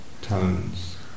tones